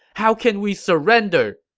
how can we surrender!